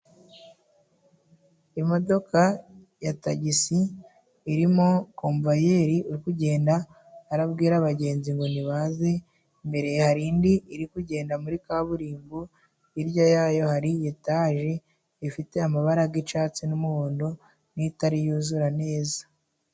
Imodoka ya tagisi irimo komvayeri uri kugenda abwira abagenzi ngo nibaze, imbere hari indi iri kugenda muri kaburimbo, hirya yayo hari etaje ifite amabara y'icyatsi n'umuhondo, n'itari yuzura neza.